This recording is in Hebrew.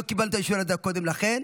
לא קיבלת אישור קודם לכן.